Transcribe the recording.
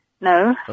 No